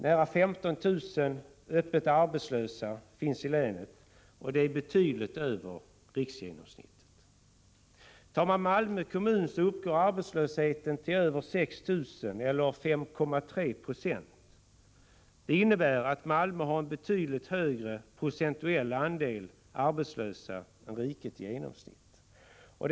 Nära 15 000 öppet arbetslösa finns i länet, och det är betydligt över riksgenomsnittet. I Malmö kommun omfattar arbetslösheten över 6 000 personer, vilket innebär att den uppgår till 5,3 20. Det innebär att Malmö har en betydligt högre procentuell andel arbetslösa än riket i genomsnitt.